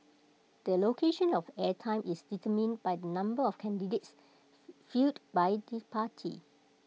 the allocation of air time is determined by the number of candidates fielded by the party